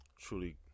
truly